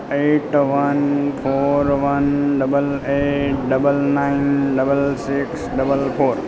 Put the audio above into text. eight one four one double eight double nine double six double four